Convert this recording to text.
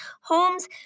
homes